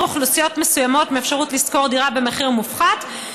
אוכלוסיות מסוימות מהאפשרות לשכור דירה במחיר מופחת,